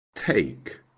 Take